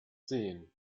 sehen